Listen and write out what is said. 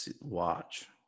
watch